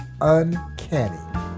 uncanny